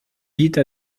vite